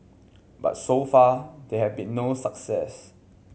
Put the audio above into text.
but so far there has been no success